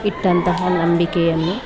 ಇಟ್ಟಂತಹ ನಂಬಿಕೆಯನ್ನು